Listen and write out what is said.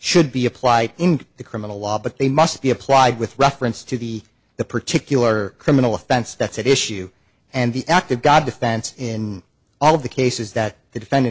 should be applied in the criminal law but they must be applied with reference to the the particular criminal offense that's at issue and the act of god defense in all of the cases that the defendant